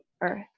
earth